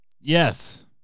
Yes